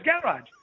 garage